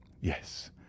yes